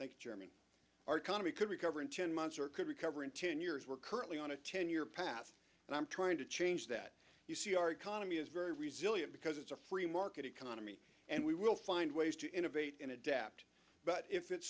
months germany our economy could recover in ten months or it could recover in ten years we're currently on a ten year path and i'm trying to change that you see our economy is very resilient because it's a free market economy and we will find ways to innovate and adapt but if it's